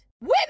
Women